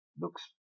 looks